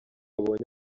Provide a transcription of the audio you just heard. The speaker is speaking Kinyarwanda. abonye